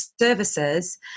services